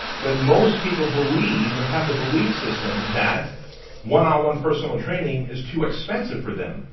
but most people believe and have the belief system that one-on-one personal training is too expensive for them,